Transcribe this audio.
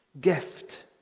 gift